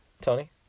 Tony